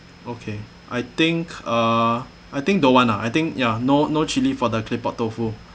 okay I think uh I think don't want lah I think ya no no chilli for the claypot tofu